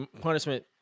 punishment